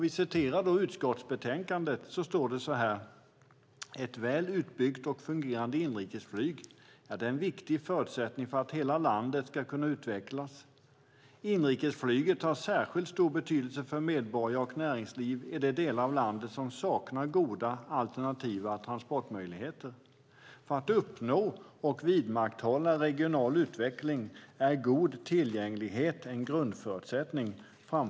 I utskottsbetänkandet står det: "Utskottet anser att ett väl utbyggt och fungerande inrikesflyg är en viktig förutsättning för att hela landet ska kunna utvecklas. Inrikesflyget har särskilt stor betydelse för medborgare och näringsliv i de delar av landet som saknar goda alternativa transportmöjligheter. För att uppnå och vidmakthålla regional utveckling är god tillgänglighet en grundförutsättning."